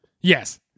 Yes